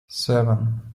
seven